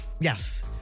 Yes